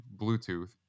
Bluetooth